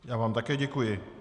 Já vám také děkuji.